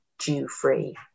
Jew-free